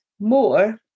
more